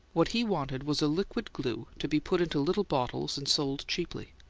what he wanted was a liquid glue to be put into little bottles and sold cheaply.